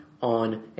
on